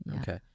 okay